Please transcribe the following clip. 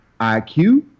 IQ